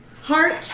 Heart